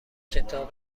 کتاب